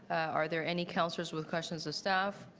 are there any councillors with questions of staff?